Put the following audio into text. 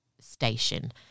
station